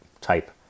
type